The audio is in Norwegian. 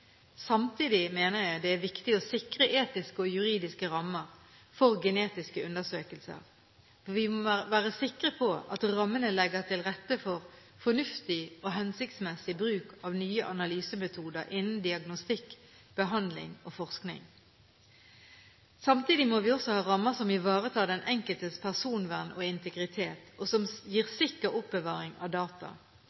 Samtidig mener jeg det er viktig å sikre etiske og juridiske rammer for genetiske undersøkelser. Vi må være sikre på at rammene legger til rette for en fornuftig og hensiktsmessig bruk av nye analysemetoder innen diagnostikk, behandling og forskning. Samtidig må vi ha rammer som ivaretar den enkeltes personvern og integritet, og som gir